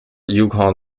yukon